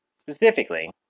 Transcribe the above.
specifically